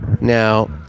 now